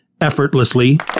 effortlessly